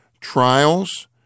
trials